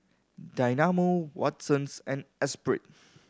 Dynamo Watsons and Espirit